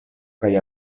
kaj